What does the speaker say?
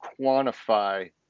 quantify